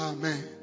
Amen